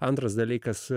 antras dalykas